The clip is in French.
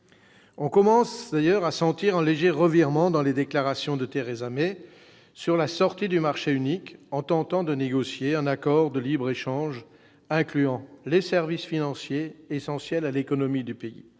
on commence à sentir un léger revirement dans les déclarations de Theresa May sur la sortie du marché unique. Celle-ci tente de négocier un accord de libre-échange incluant les services financiers essentiels à l'économie de son pays.